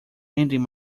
ending